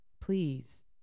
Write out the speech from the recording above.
Please